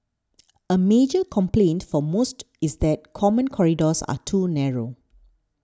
a major complaint for most is that common corridors are too narrow